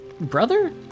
Brother